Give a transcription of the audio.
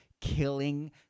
killing